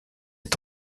est